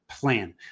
plan